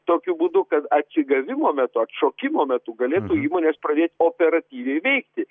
tokiu būdu kad atsigavimo metu atšokimo metu gali įmonės pradėt operatyviai veikti